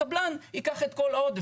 הקבלן ייקח את כל העודף'.